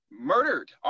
murdered